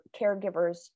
caregivers